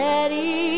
Ready